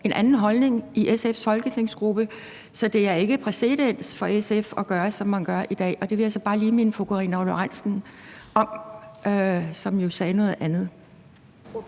en anden holdning i SF's folketingsgruppe. Så der er ikke præcedens for SF til at gøre, som man gør i dag, og det vil jeg så bare lige minde fru Karina Lorentzen Dehnhardt, som jo sagde noget andet,